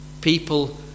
people